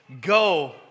go